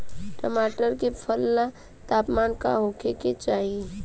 टमाटर के फसल ला तापमान का होखे के चाही?